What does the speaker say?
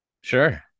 Sure